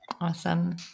Awesome